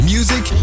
Music